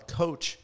coach